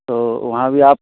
तो वहाँ भी आप